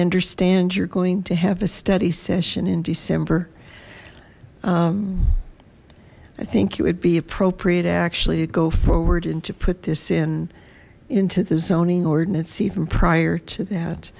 understand you're going to have a study session in december i think it would be appropriate actually to go forward and to put this in into the zoning ordinance even prior to that